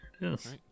Yes